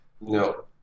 No